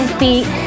feet